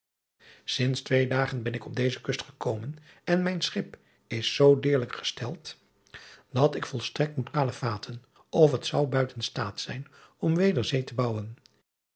inds twee dagen ben ik op deze kust gekomen en mijn schip is zoo deerlijk gesteld dat ik volstrekt moet kalefaten of het zou buiten staat zijn om weder zee te bouwen